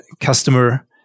customer